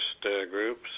groups